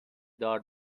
دار